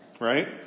Right